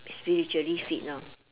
spiritually fit lor